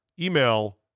email